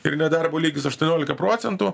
ir nedarbo lygis aštuoniolika procentų